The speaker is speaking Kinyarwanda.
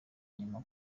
inyuma